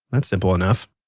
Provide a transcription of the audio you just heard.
that's simple enough